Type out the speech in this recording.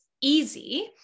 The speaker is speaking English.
easy